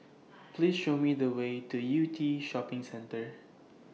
Please Show Me The Way to Yew Tee Shopping Centre